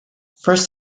first